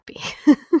happy